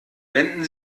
wenden